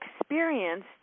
experienced